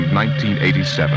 1987